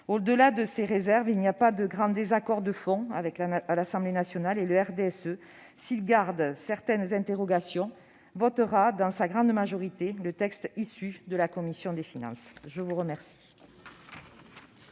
Au-delà de ces réserves, il n'y a pas de grands désaccords de fond avec l'Assemblée nationale. Le groupe RDSE, s'il conserve certaines interrogations, votera donc dans sa grande majorité le texte issu de la commission des finances. La parole